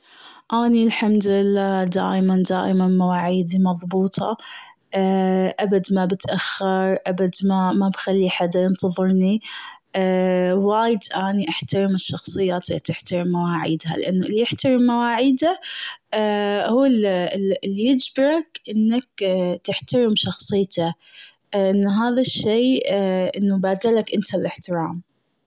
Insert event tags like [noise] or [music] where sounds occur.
أني الحمد لله دايماً دايماً مواعيدي مضبوطة. [hesitation] أبد ما بتأخر أبد ما- ما بخلي حدا ينتظرني. [hesitation] وايد أني احترم الشخصيات اللي تحترم مواعيدها. لأنه اللي يحترم مواعيده [hesitation] هو اللي يجبرك إنك [hesitation] تحترم شخصيته. [hesitation] أنه هذا الشيء [hesitation] أنه بادلك أنت الاحترام.